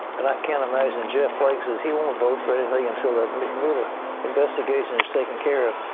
and i can't imagine jeff flake says he won't vote for anything until that mueller investigation is taken care of.